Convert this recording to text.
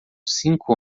cinco